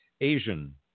Asian